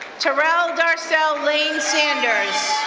terrell darcell lane sanders.